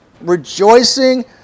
rejoicing